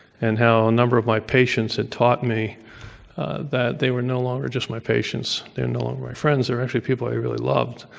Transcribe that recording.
and how a number of my patients had taught me that they were no longer just my patients. they're no longer my friends. they're actually people i really loved.